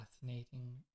fascinating